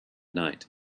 night